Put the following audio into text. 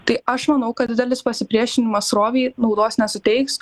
tai aš manau kad didelis pasipriešinimas srovei naudos nesuteiks